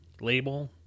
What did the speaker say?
label